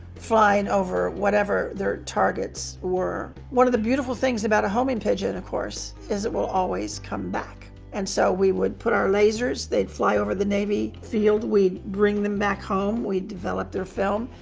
flying over whatever their targets were. one of the beautiful things about a homing pigeon, of course, is it will always come back. and so we would put on our lasers, they'd fly over the navy field. we'd bring them back home. we'd develop their film.